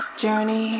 journey